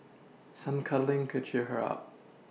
some cuddling could cheer her up